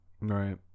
right